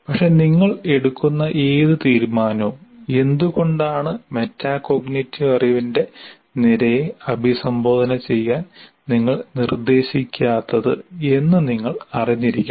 പക്ഷേ നിങ്ങൾ എടുക്കുന്ന ഏത് തീരുമാനവും എന്തുകൊണ്ടാണ് "മെറ്റാകോഗ്നിറ്റീവ് അറിവിന്റെ" നിരയെ അഭിസംബോധന ചെയ്യാൻ നിങ്ങൾ നിർദ്ദേശിക്കാത്തത് എന്ന് നിങ്ങൾ അറിഞ്ഞിരിക്കണം